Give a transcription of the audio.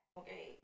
okay